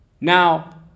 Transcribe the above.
Now